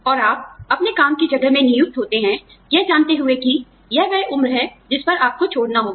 और आप अपने काम की जगह में नियुक्त होते हैं यह जानते हुए कि यह वह उम्र है जिस पर आपको छोड़ना होगा